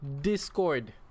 Discord